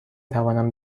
توانم